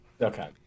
Okay